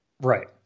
Right